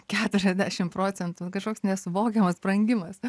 keturiasdešim procentų nu kažkoks nesuvokiamas brangimas